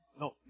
No